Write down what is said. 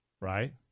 Right